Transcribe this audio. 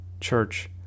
Church